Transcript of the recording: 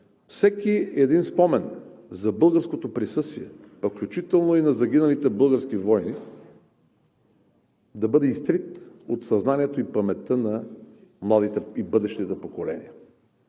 всеки един спомен за българското присъствие, включително и на загиналите български войни, да бъде изтрит от съзнанието и паметта на младите и бъдещите поколения.